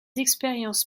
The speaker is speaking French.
expériences